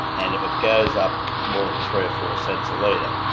and if it goes up more than three or four cents a litre,